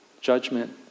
judgment